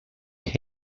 and